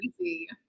easy